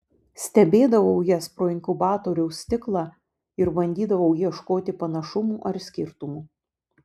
stebėdavau jas pro inkubatoriaus stiklą ir bandydavau ieškoti panašumų ar skirtumų